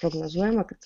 prognozuojama kad